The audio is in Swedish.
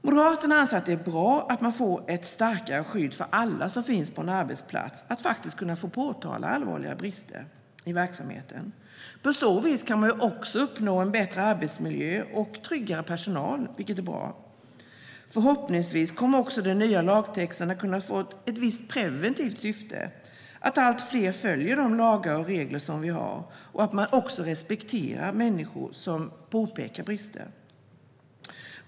Moderaterna anser att det är bra att det blir ett starkare skydd för alla som finns på en arbetsplats att faktiskt kunna påtala allvarliga brister i verksamheten. På så vis kan man också uppnå en bättre arbetsmiljö och få en tryggare personal, vilket är bra. Förhoppningsvis kommer också den nya lagtexten att ha ett visst preventivt syfte, så att allt fler följer de lagar och regler vi har och respekterar människor som påpekar brister.